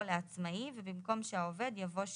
"לעצמאי" ובמקום "שהעובד" יבוא "שהוא".